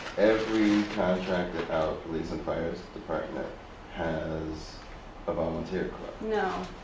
every contracted out police and fire department has a volunteer you know